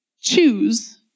Choose